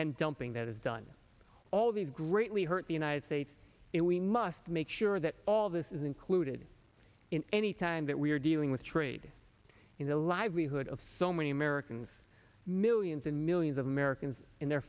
and dumping that is done all these greatly hurt the united states it we must make sure that all this is included in any time that we are dealing with trade in the livelihood of so many americans millions and millions of americans and their